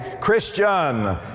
Christian